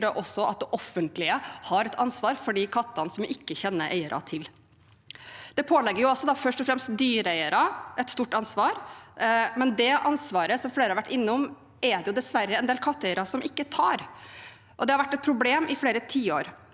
at det offentlige har et ansvar for de kattene som vi ikke kjenner eierne til. Dette pålegger først og fremst dyreeierne et stort ansvar, men det ansvaret er det dessverre, som flere har vært innom, en del katteeiere som ikke tar. Det har vært et problem i flere tiår.